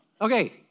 Okay